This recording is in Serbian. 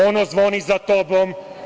Ono zvoni za tobom.